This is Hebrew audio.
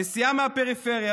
נסיעה מהפריפריה,